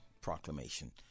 Proclamation